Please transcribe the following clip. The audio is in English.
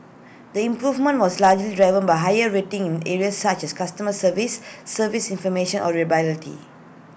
the improvement was largely driven by higher ratings in areas such as customer service service information or reliability